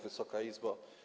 Wysoka Izbo!